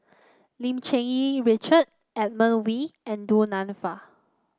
Lim Cherng Yih Richard Edmund Wee and Du Nanfa